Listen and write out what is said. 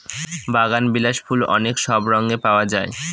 বাগানবিলাস ফুল অনেক সব রঙে পাওয়া যায়